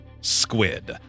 squid